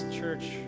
church